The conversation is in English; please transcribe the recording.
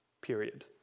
period